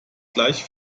gleich